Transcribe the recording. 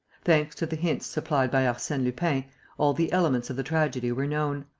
thanks to the hints supplied by arsene lupin, all the elements of the tragedy were known.